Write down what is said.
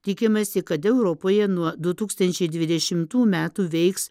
tikimasi kad europoje nuo du tūkstančiai dvidešimtų metų veiks